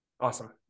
Awesome